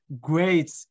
great